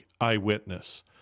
eyewitness